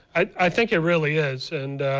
i think it really is and